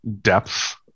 depth